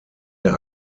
der